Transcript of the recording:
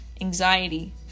anxiety